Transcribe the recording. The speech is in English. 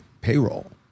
payroll